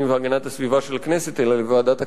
והגנת הסביבה של הכנסת אלא לוועדת הכלכלה,